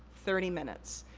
thirty minutes.